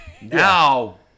Now